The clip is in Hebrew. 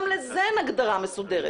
גם לזה אין הגדרה מסודרת,